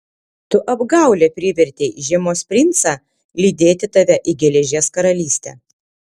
tu apgaule privertei žiemos princą lydėti tave į geležies karalystę